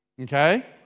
okay